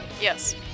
Yes